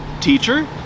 Teacher